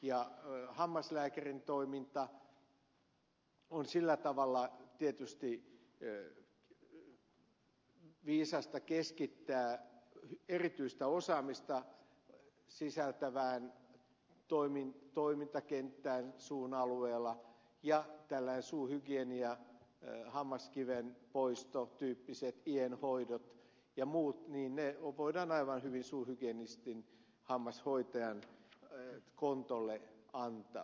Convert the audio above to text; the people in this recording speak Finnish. hammaslääkärin toiminta on sillä tavalla tietysti viisasta keskittää erityistä osaamista sisältävään toimintakenttään suun alueella ja tällainen suuhygienia hammaskiven poiston tyyppiset ienhoidot ja muut voidaan aivan hyvin suuhygienistin hammashoitajan kontolle antaa